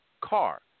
car